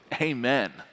Amen